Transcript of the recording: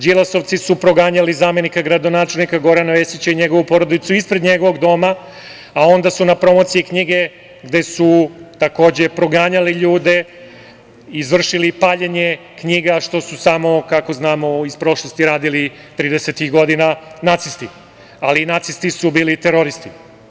Đilasovci su proganjali zamenika gradonačelnika Gorana Vesića ispred njegovog doma, a onda su na promociji knjige, gde su takođe proganjali ljude, izvršili paljenje knjiga, što su samo, kako znamo iz prošlosti, radili 30-ih godina nacisti, ali nacisti su bili teroristi.